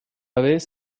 vez